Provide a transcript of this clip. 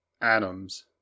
atoms